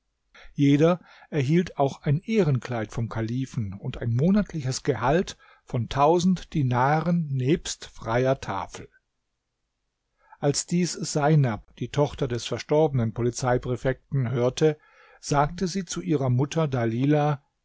jeder erhielt auch ein ehrenkleid vom kalifen und ein monatliches gehalt von tausend dinaren nebst freier tafel als dies seinab die tochter des verstorbenen polizeipräfekten hörte sagte sie zu ihrer mutter dalilah